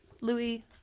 Louis